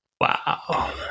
Wow